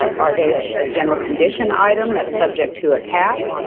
um are they a general condition item that's subject to a cap?